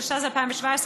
התשע"ז 2017,